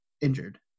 injured